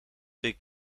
heb